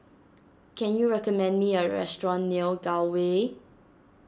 can you recommend me a restaurant near Gul Way